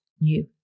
new